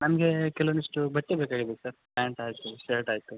ನನಗೆ ಕೆಲ್ವೊಂದಿಷ್ಟು ಬಟ್ಟೆ ಬೇಕಾಗಿದೆ ಸರ್ ಪ್ಯಾಂಟ್ ಆಯಿತು ಶರ್ಟ್ ಆಯಿತು